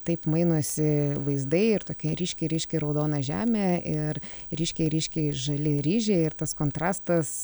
taip mainosi vaizdai ir tokia ryški ryški raudona žemė ir ryškiai ryškiai žali ryžiai ir tas kontrastas